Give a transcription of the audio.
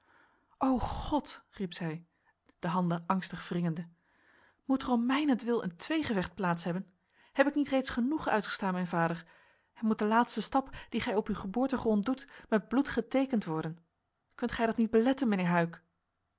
o god riep zij de handen angstig wringende moet er om mijnentwil een tweegevecht plaats hebben heb ik niet reeds genoeg uitgestaan mijn vader en moet de laatste stap dien gij op uw geboortegrond doet met bloed geteekend worden kunt gij dat niet beletten mijnheer huyck